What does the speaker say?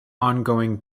ongoing